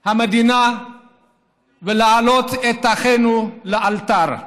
המדינה ולהעלות את אחינו לאלתר,